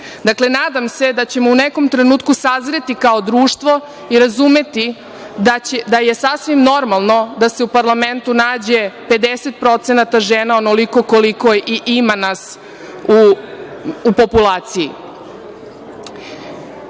itd. Dakle, nadam se da ćemo u nekom trenutku sazreti kao društvo i razumeti da je sasvim normalno da se u parlamentu nađe 50% žena, onoliko koliko i ima nas u populaciji. To